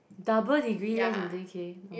double degree less than ten K uh